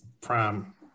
prime